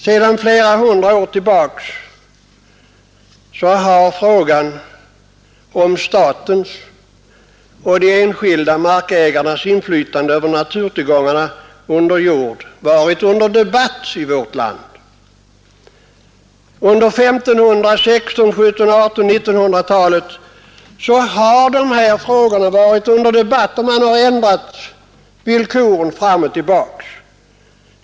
Sedan flera hundra år tillbaka har frågan om statens och de enskilda markägarnas inflytande över naturtillgångarna under jord varit under debatt i vårt land. Under 1500-, 1600-, 1700-, 1800 och 1900-talen har dessa frågor varit under debatt, och man har ändrat villkoren fram och tillbaka.